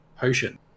Potion